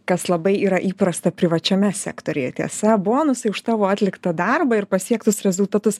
kas labai yra įprasta privačiame sektoriuje tiesa bonusai už tavo atliktą darbą ir pasiektus rezultatus